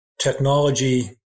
technology